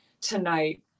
tonight